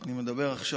אני מדבר עכשיו.